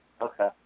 Okay